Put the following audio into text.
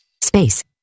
space